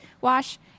wash